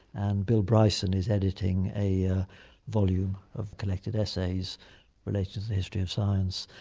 and bill bryson is editing a ah volume of collected essays related to the history of science.